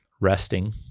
resting